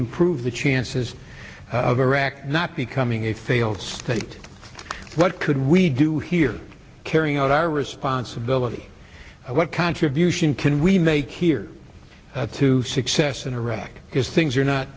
improve the chances of iraq not becoming a failed state what could we do here carrying out our responsibility what contribution can we make here to success in iraq is things are not